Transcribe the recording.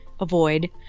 Avoid